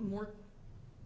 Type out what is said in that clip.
more